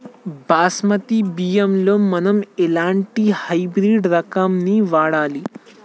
బాస్మతి బియ్యంలో మనం ఎలాంటి హైబ్రిడ్ రకం ని వాడాలి?